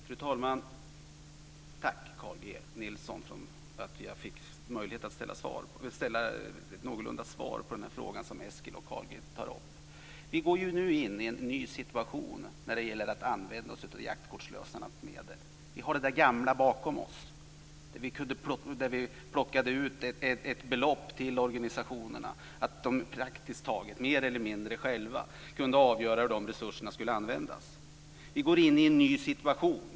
Fru talman! Tack, Carl G Nilsson, för att jag har fått möjlighet att svara på frågan som Eskil Erlandsson och Carl G Nilsson har tagit upp. Vi går nu in i en ny situation när det gäller att använda jaktkortslösarnas medel. Vi har det gamla bakom oss, dvs. där vi plockade ut ett belopp till organisationerna så att de praktiskt taget själva kunde avgöra hur resurserna skulle användas. Vi går in i en ny situation.